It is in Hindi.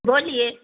बोलिए